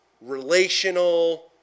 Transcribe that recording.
relational